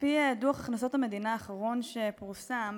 על-פי דוח הכנסות המדינה האחרון שפורסם,